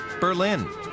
Berlin